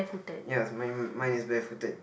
ya mine mine is bare footed